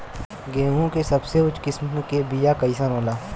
गेहूँ के सबसे उच्च किस्म के बीया कैसन होला?